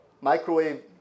microwave